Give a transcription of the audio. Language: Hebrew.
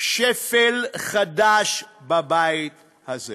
שפל חדש בבית הזה.